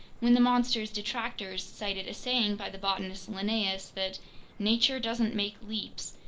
when the monster's detractors cited a saying by the botanist linnaeus that nature doesn't make leaps,